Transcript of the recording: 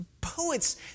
Poets